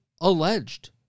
alleged